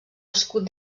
escut